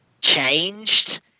changed